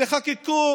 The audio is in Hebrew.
תחוקקו